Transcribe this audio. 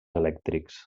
elèctrics